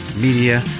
Media